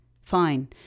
Fine